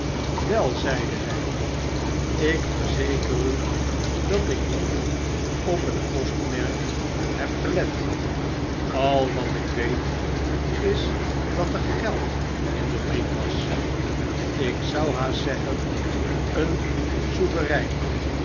zeide hjj ik verzeker u dat ik niet op het postmerk heb gelet al wat ik weet is dat er geld in den brief was ik zou haast zeggen een sovereign